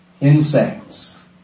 insects